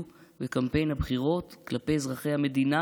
להם בקמפיין הבחירות כלפי אזרחי המדינה.